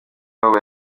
aho